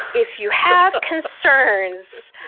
if you have concerns,